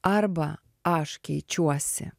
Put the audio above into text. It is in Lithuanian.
arba aš keičiuosi